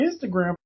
Instagram